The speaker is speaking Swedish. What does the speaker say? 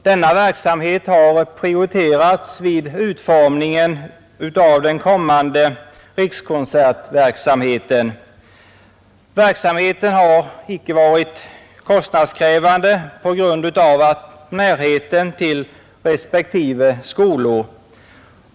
Denna verksamhet har prioriterats vid utformningen av kommande rikskonsertverksamhet. Verksamheten har på grund av närheten till respektive skolor icke varit kostnadskrävande.